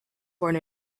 born